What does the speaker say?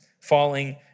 falling